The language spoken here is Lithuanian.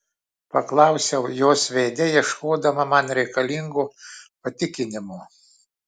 paklausiau jos veide ieškodama man reikalingo patikinimo